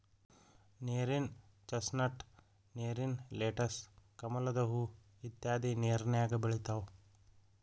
ನೇರಿನ ಚಸ್ನಟ್, ನೇರಿನ ಲೆಟಸ್, ಕಮಲದ ಹೂ ಇತ್ಯಾದಿ ನೇರಿನ್ಯಾಗ ಬೆಳಿತಾವ